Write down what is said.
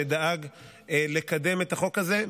שדאג לקדם את החוק הזה,